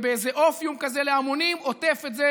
ובאיזה אופיום כזה להמונים עוטף את זה